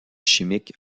chimique